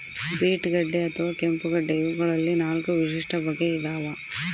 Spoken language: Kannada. ಬೀಟ್ ಗಡ್ಡೆ ಅಥವಾ ಕೆಂಪುಗಡ್ಡೆ ಇವಗಳಲ್ಲಿ ನಾಲ್ಕು ವಿಶಿಷ್ಟ ಬಗೆ ಇದಾವ